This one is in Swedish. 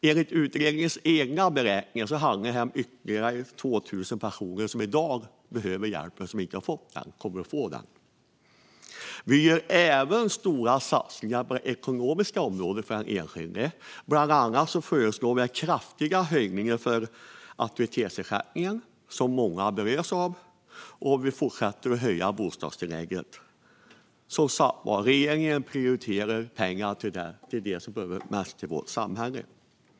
Enligt utredningens egna beräkningar handlar det om att ytterligare 2 000 personer som i dag behöver hjälp, men som inte har fått den, kommer att få den. Vi gör även stora satsningar på det ekonomiska området för den enskilde. Bland annat föreslår vi kraftiga höjningar av aktivitetsersättningen, som många berörs av. Och vi fortsätter att höja bostadstillägget. Regeringen prioriterar pengar till dem som behöver pengarna mest i vårt samhälle.